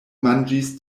manĝis